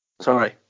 sorry